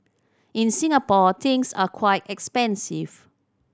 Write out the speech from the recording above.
in Singapore things are quite expensive